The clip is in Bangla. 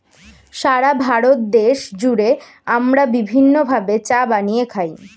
সারা ভারত দেশ জুড়ে আমরা বিভিন্ন ভাবে চা বানিয়ে খাই